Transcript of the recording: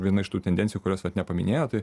viena iš tų tendencijų kurios vat nepaminėjot tai